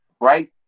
right